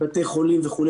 בתי חולים וכו',